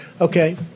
Okay